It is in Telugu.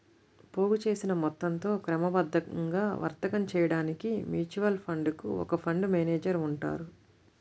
పోగుచేసిన మొత్తంతో క్రమబద్ధంగా వర్తకం చేయడానికి మ్యూచువల్ ఫండ్ కు ఒక ఫండ్ మేనేజర్ ఉంటారు